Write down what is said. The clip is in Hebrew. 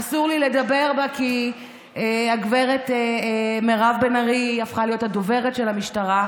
אסור לי לדבר בה כי הגב' מירב בן ארי הפכה להיות הדוברת של המשטרה,